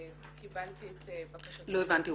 קיבלתי את בקשתו של --- לא הבנתי,